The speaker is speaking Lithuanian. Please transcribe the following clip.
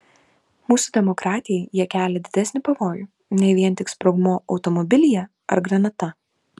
mūsų demokratijai jie kelia didesnį pavojų nei vien tik sprogmuo automobilyje ar granata